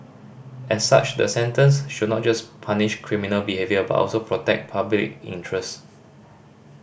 as such the sentence should not just punish criminal behaviour but also protect public interest